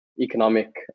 economic